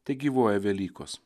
tegyvuoja velykos